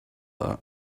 that